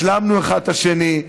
השלמנו אחד את השני.